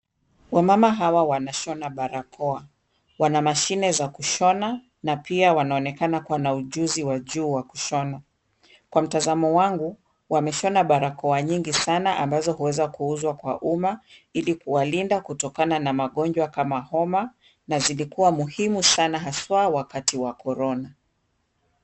Wamama hawa wanashona barakoa. Wana mashine za kushona na pia wanaonekana kuwa na ujuzi wa juu wa kushona. Kwa mtazamo wangu, wameshona barakoa nyingi sana ambazo huweza kuuzwa kwa umma, ili kuwalinda kutokana na magonjwa kama homa na zilikuwa muhimu sana haswa wakati wa korona.